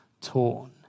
torn